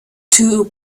too